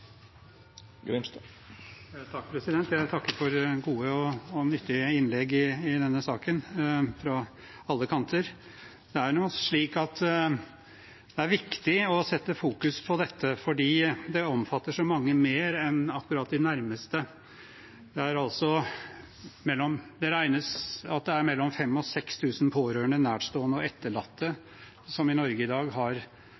Jeg takker for gode og nyttige innlegg fra alle kanter i denne saken. Det er viktig å fokusere på dette, for det omfatter så mange mer enn akkurat de nærmeste. Det er beregnet at det er mellom 5 000 og 6 000 pårørende, nærstående og